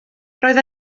roedd